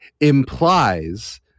implies